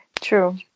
true